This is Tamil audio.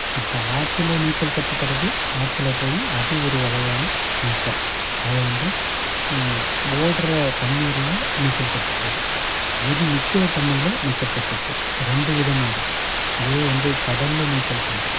இப்போ ஆற்றுல நீச்சல் கற்றுக்கறது ஆற்றுல போய் அது ஒரு வகையான நீச்சல் அது வந்து ஓடுற தண்ணீரில் நீச்சல் கற்றுக்கறது இது நிற்கற தண்ணீரில் நீச்சல் கற்றுக்கறது ரெண்டு விதமாக இருக்குது இதுவே வந்து கடலில் நீச்சல் பண்ணுறோம்